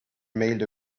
mailed